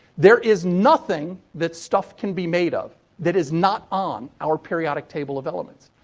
there is nothing that stuff can be made of that is not on our periodic table of elements.